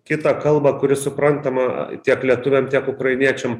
kitą kalbą kuri suprantama tiek lietuviam tiek ukrainiečiam